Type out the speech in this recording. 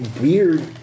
Weird